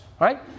right